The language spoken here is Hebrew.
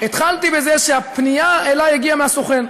התחלתי בזה שהפנייה אליי הגיעה מהסוכן,